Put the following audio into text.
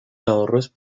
ahorros